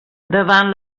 davant